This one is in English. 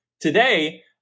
Today